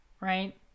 Right